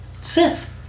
Sith